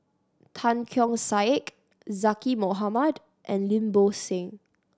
Tan Keong Saik Zaqy Mohamad and Lim Bo Seng